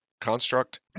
construct